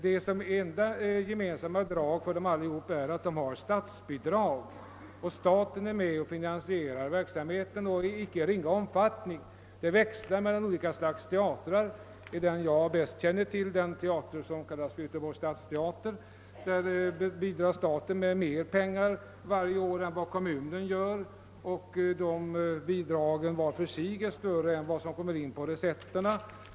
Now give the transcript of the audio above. Det enda gemensamma draget för dem alla är att de har statsbidrag, att staten är med och finansierar verksamheten i icke ringa omfattning. Det växlar mellan olika slags teatrar. I den teater jag bäst känner till, Göteborgs stadsteater, bidrar staten med mera pengar varje år än vad kommunen gör. Dessa bidrag är också vart för sig större än det belopp som tas in på recetterna.